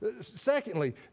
Secondly